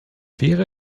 wäre